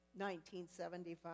1975